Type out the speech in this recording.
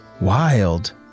wild